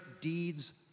deeds